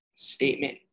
statement